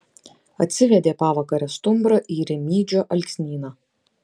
atsivedė pavakare stumbrą į rimydžio alksnyną